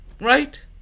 Right